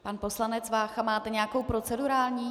Pan poslanec Vácha máte nějakou procedurální?